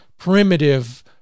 primitive